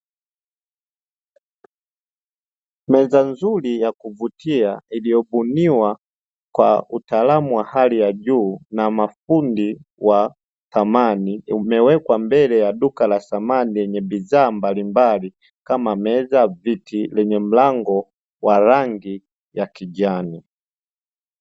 Meza nzuri ya kuvutia iliyobuniwa kwa utaalamu wa hali ya juu na mafundi wa samani, umewekwa mbele ya duka la samani lenye bidhaa mbalimbali kama meza, viti lenye mlango wa rangi ya kijani.